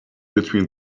between